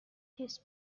his